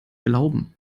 glauben